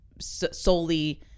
solely